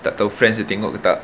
tak tahu friends dia tengok ke tak